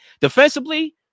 Defensively